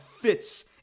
fits